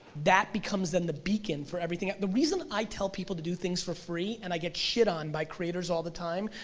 that becomes then the beacon for everything. the reason i tell everybody to do things for free, and i get shit on by creators all the time,